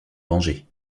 venger